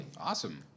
Awesome